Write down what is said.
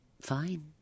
fine